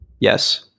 Yes